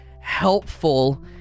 helpful